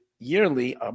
yearly